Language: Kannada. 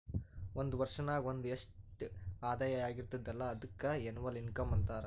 ಒಂದ್ ವರ್ಷನಾಗ್ ನಿಂದು ಎಸ್ಟ್ ಆದಾಯ ಆಗಿರ್ತುದ್ ಅಲ್ಲ ಅದುಕ್ಕ ಎನ್ನವಲ್ ಇನ್ಕಮ್ ಅಂತಾರ